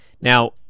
Now